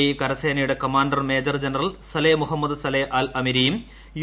E കരസേനയുടെ commander major general Saleh Mohammed Saleh Al അമിരിയും U